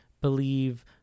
believe